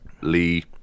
Lee